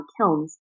kilns